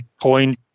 point